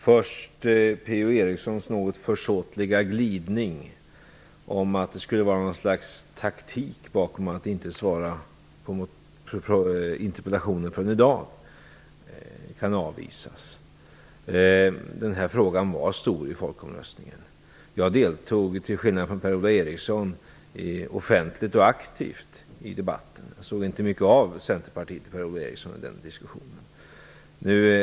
Först vill jag avvisa Per-Ola Erikssons något försåtliga gliring om att något slags taktik skulle ligga bakom att jag inte svarar på den här interpellationen förrän i dag. Den här frågan var stor inför folkomröstningen. Jag deltog, till skillnad från Per-Ola Eriksson, offentligt och aktivt i debatten. Jag såg inte mycket av Centerpartiet och Per-Ola Eriksson i den diskussionen.